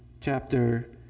chapter